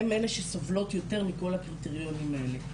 הן אלה שסובלות יותר מכל הקריטריונים האלה.